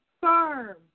firm